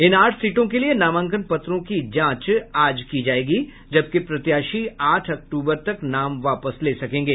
इन आठ सीटों के लिए नामांकन पत्रों की जांच आज की जायेगी जबकि प्रत्याशी आठ अक्टूबर तक नाम वापस ले सकेंगे